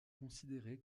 considéré